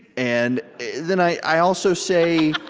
and then i also say,